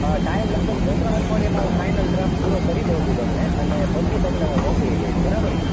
હા ટાઈમ લગભગ બે ત્રણ અઠવાડિયામાં હું ફાઇનલ ડ્રાફ્ટ પૂરો કરી દઉં છું તમને અને પછી તમને હું મોકલી દઇશ બરાબર ને